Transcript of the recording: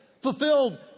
fulfilled